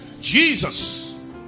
Jesus